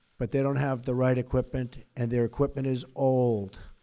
but they don't have the right equipment. and their equipment is old.